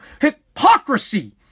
Hypocrisy